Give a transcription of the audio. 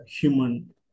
human